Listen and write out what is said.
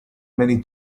many